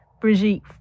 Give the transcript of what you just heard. Brigitte